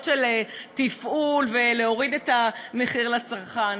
של תפעול ולהוריד את המחיר לצרכן.